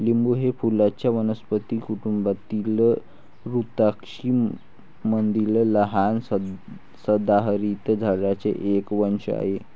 लिंबू हे फुलांच्या वनस्पती कुटुंबातील रुतासी मधील लहान सदाहरित झाडांचे एक वंश आहे